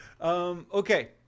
okay